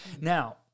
Now